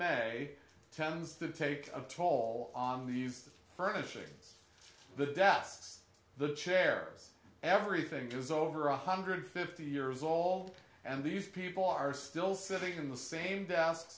may tends to take a toll on these furnishings the debts the chair everything goes over one hundred fifty years old and these people are still sitting in the same de